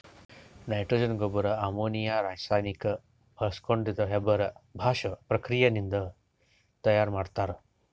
nitrogen ಗೊಬ್ಬರ್ ammonia ರಾಸಾಯನಿಕ್ ಬಾಳ್ಸ್ಕೊಂಡ್ ಹೇಬರ್ ಬಾಷ್ ಪ್ರಕ್ರಿಯೆ ನಿಂದ್ ತಯಾರ್ ಮಾಡ್ತರ್